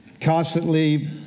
Constantly